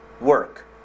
work